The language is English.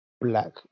black